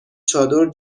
چادر